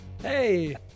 Hey